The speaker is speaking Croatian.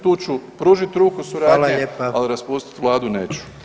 Tu ću pružit ruku suradnje, al raspustit vladu neću.